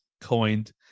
coined